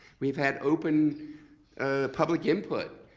we've had open public input.